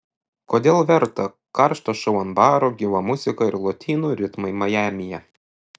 kodėl verta karštas šou ant baro gyva muzika ir lotynų ritmai majamyje